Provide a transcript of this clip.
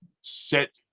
set